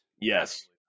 Yes